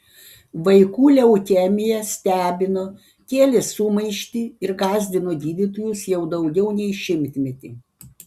vaikų leukemija stebino kėlė sumaištį ir gąsdino gydytojus jau daugiau nei šimtmetį